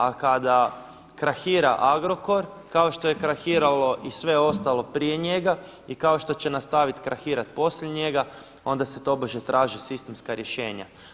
A kada krahira Agrokor kao što je krahiralo i sve ostalo prije njega i kao što će nastavit krahirat poslije njega, onda se tobože traže sistemska rješenja.